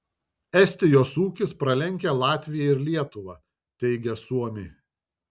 estijos ūkis pralenkia latviją ir lietuvą teigia suomiai